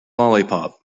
lollipop